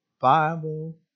Bible